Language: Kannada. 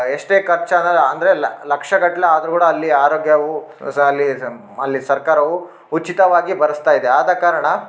ಎಷ್ಟೇ ಖರ್ಚ್ ಅನ ಅಂದರೆ ಲಕ್ಷಗಟ್ಟಲೆ ಅದರೂ ಕೂಡ ಅಲ್ಲಿ ಆರೋಗ್ಯವು ಸ ಅಲ್ಲಿ ಸ ಅಲ್ಲಿ ಸರ್ಕಾರವು ಉಚಿತವಾಗಿ ಭರ್ಸ್ತಾ ಇದೆ ಆದ ಕಾರಣ